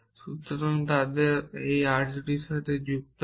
সুতরাং তাদের একটি আর্যটির সাথে যুক্ত আছে